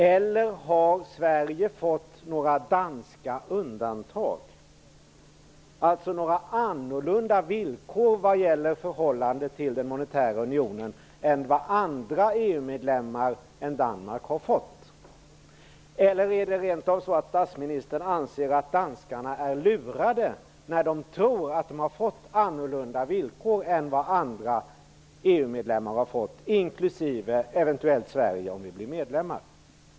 Eller har Sverige fått igenom några danska undantag, dvs. några annorlunda villkor vad gäller förhållandet till den monetära unionen än vad andra EU-medlemmar -- förutom Danmark -- har fått? Eller är det rent av så, att statsministern anser att danskarna är lurade när de tror att de har fått annorlunda villkor än andra EU medlemmar inkl. eventuellt Sverige om vi blir medlemmar?